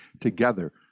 together